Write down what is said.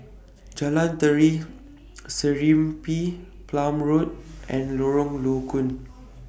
Jalan Tari Serimpi Palm Road and Lorong Low Koon